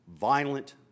violent